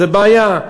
זו בעיה.